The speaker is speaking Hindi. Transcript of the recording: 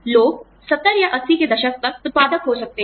लोग 70 या 80 के दशक तक उत्पादक हो सकते हैं